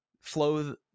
flow